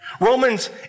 Romans